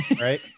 right